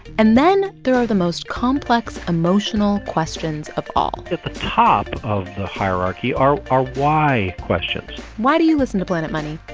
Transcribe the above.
and then there are the most complex emotional questions of all at the top of the hierarchy are are why questions why do you listen to planet money?